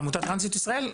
עמותת טרנסיות ישראל,